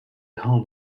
home